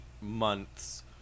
months